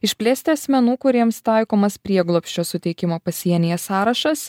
išplėsti asmenų kuriems taikomas prieglobsčio suteikimo pasienyje sąrašas